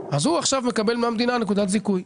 אז הוא עכשיו מקבל מהמדינה נקודת זיכוי.